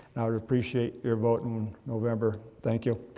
would appreciate your vote in november. thank you.